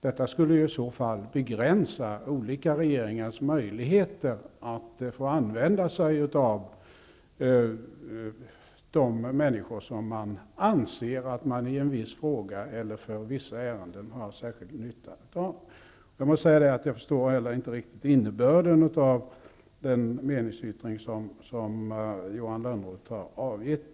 Det skulle begränsa olika regeringars möjligheter att använda sig av de människor som man anser att man i en viss fråga eller vissa ärenden har särskild nytta av. Jag förstår inte heller riktigt innebörden av den meningsyttring som Johan Lönnroth har avgett.